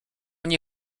nie